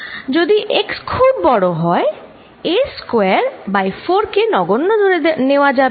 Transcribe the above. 2 যদি x খুব বড় হয় a স্কয়ার বাই 4 কে নগণ্য ধরে নেওয়া যাবে